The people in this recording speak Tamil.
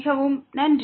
மிகவும் நன்றி